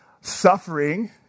suffering